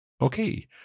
Okay